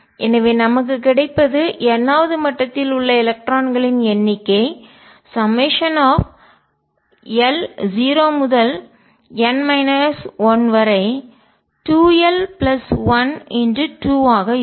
எனவே நமக்குக் கிடைப்பது n வது மட்டத்தில் உள்ள எலக்ட்ரான்களின் எண்ணிக்கை l0n 12l1×2 ஆக இருக்கும்